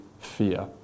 fear